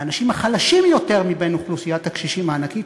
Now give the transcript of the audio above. לאנשים החלשים יותר מבין אוכלוסיית הקשישים הענקית,